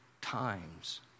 times